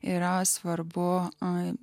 yra svarbu oi